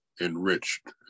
enriched